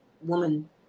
woman